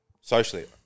socially